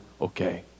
okay